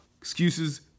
excuses